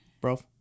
Bro